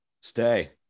stay